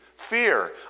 Fear